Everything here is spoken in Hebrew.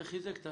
זה חיזק.